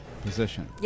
position